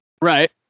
Right